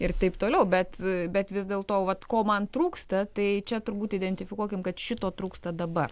ir taip toliau bet bet vis dėlto vat ko man trūksta tai čia turbūt identifikuokim kad šito trūksta dabar